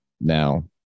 now